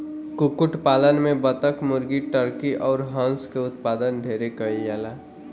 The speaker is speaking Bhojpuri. कुक्कुट पालन में बतक, मुर्गी, टर्की अउर हंस के उत्पादन ढेरे कईल जाला